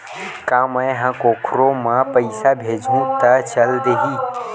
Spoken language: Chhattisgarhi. का मै ह कोखरो म पईसा भेजहु त चल देही?